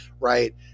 right